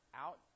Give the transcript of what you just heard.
out